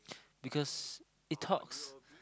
because it talks